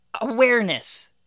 awareness